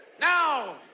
Now